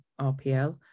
RPL